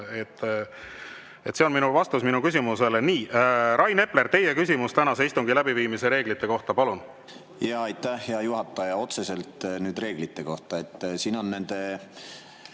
See on minu vastus küsimusele. Nii, Rain Epler, teie küsimus tänase istungi läbiviimise reeglite kohta, palun! Aitäh, hea juhataja! [Küsin] otseselt reeglite kohta. Siin on nende